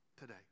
today